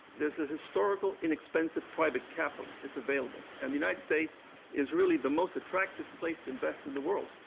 there's a historical inexpensive private capital that's available, and the united states is really the most attractive place to invest in the world,